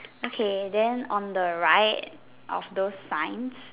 okay then on the right of those signs